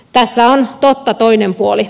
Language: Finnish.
tässä on totta toinen puoli